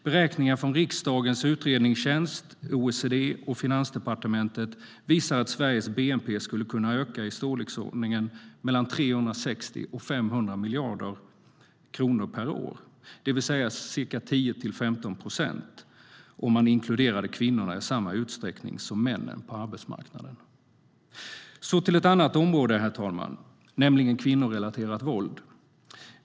Beräkningar från riksdagens utredningstjänst, OECD och Finansdepartementet visar att Sveriges bnp skulle kunna öka i storleksordningen 360-500 miljarder kronor per år, det vill säga ca 10-15 procent, om man inkluderade kvinnorna i samma utsträckning som männen på arbetsmarknaden. Så till ett annat område, herr talman, nämligen kvinnorelaterat våld.